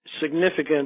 significant